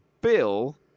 Bill